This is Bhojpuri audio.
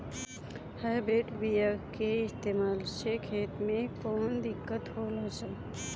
हाइब्रिड बीया के इस्तेमाल से खेत में कौन दिकत होलाऽ?